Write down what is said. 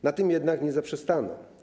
Na tym jednak nie zaprzestano.